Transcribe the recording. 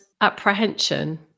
apprehension